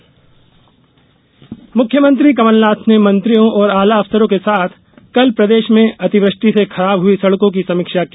कमलनाथ समीक्षा मुख्यमंत्री कमलनाथ ने मंत्रियों और आला अफसरों के साथ कल प्रदेश में अतिवृष्टि से खराब हुई सड़कों की समीक्षा की